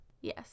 yes